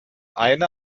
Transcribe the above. eine